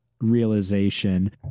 realization